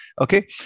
Okay